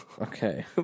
Okay